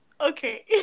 Okay